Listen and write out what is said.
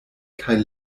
kaj